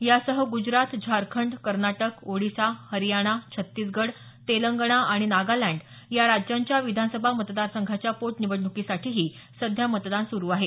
यासह ग्जरात झारखंड कर्नाटक ओडिशा हरीयाणा छत्तीसगढ तेलंगणा आणि नागालँड या राज्यांचा विधानसभा मतदारसंघाच्या पोटनिवडणुकीसाठीही सध्या मतदान सुरु आहे